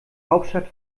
hauptstadt